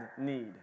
need